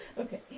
Okay